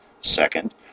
Second